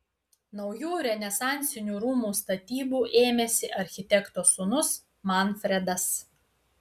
naujų renesansinių rūmų statybų ėmėsi architekto sūnus manfredas